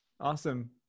Awesome